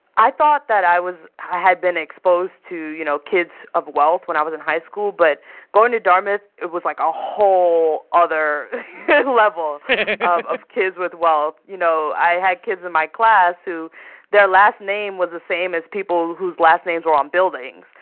i thought that i was i had been exposed to, you know, kids of wealth when i was in high school. but going to dartmouth, it was like a whole other level of kids with wealth. you know, i had kids in my class who their last name was the same as people whose last names were on buildings.